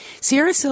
Sierra